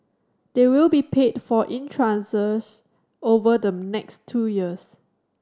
they will be paid for in tranches over the next two years